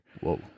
Whoa